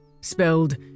spelled